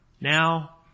now